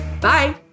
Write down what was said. Bye